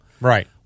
Right